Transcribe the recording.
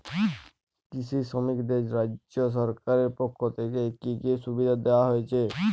কৃষি শ্রমিকদের রাজ্য সরকারের পক্ষ থেকে কি কি সুবিধা দেওয়া হয়েছে?